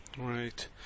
Right